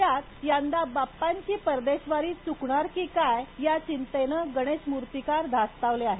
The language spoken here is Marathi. त्यात यंदा बाप्पाची परदेशवारी चुकणार की काय या चिंतेनंगणेश मुर्तीकार धास्तावले आहेत